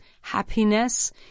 happiness